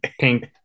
pink